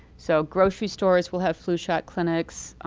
so grocery stores will have flu shot clinics.